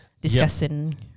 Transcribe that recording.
discussing